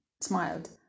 smiled